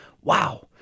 Wow